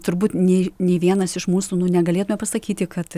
turbūt nė nei vienas iš mūsų negalėtumėme pasakyti kad